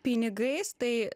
pinigais tai